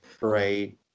Right